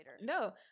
no